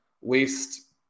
waste